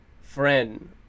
friend